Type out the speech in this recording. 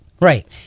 right